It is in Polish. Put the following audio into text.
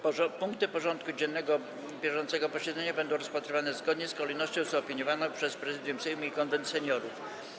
Punkty porządku dziennego bieżącego posiedzenia będą rozpatrywane zgodnie z kolejnością zaopiniowaną przez Prezydium Sejmu i Konwent Seniorów.